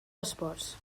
esports